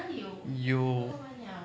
有